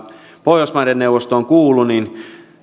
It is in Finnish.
pohjoismaiden neuvostoon kuulu